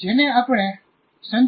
જેને આપણે સંચિત પુનરાવર્તન કહીએ છીએ